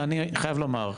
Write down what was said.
אני חייב לומר,